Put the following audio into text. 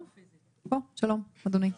שלום, אדוני.